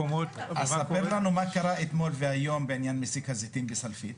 ספר לנו מה קרה אתמול והיום במסיק הזיתים בסלפית?